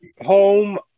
home